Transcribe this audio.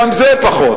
גם זה פחות,